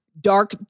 dark